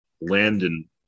Landon